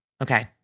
Okay